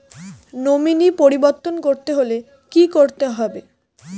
Nominee পরিবর্তন করতে হলে কী করতে হবে?